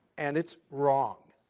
and it's wrong.